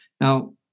Now